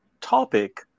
topic